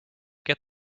get